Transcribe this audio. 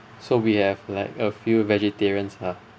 so we have like a few vegetarians ah